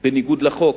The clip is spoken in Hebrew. בניגוד לחוק,